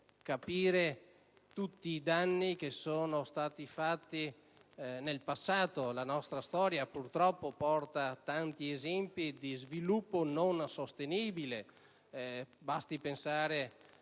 comprendere tutti i danni che sono stati fatti nel passato. La nostra storia, purtroppo, porta tanti esempi di sviluppo non sostenibile: basti pensare